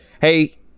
hey